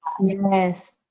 Yes